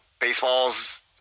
baseball's